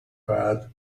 pod